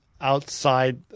outside